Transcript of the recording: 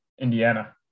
Indiana